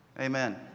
Amen